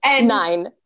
Nine